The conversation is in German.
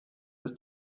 ist